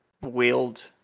wield